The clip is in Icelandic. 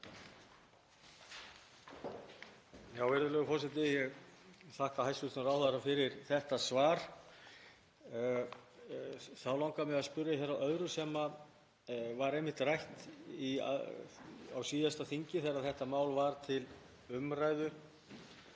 Virðulegur forseti. Ég þakka hæstv. ráðherra fyrir þetta svar. Þá langar mig að spyrja að öðru sem var einmitt rætt á síðasta þingi þegar þetta mál var til umræðu